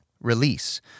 release